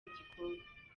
igikombe